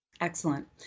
Excellent